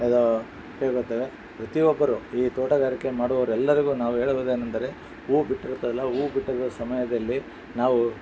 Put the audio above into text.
ಇದೋ ಪ್ರತಿ ಒಬ್ಬರು ಈ ತೋಟಗಾರಿಕೆ ಮಾಡುವವರೆಲ್ಲರಿಗೂ ನಾವು ಹೇಳುವುದೇನೆಂದರೆ ಹೂವು ಬಿಟ್ಟಿರುತ್ತಲ್ಲ ಹೂವು ಬಿಟ್ಟಗಿರುವ ಸಮಯದಲ್ಲಿ ನಾವು